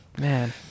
Man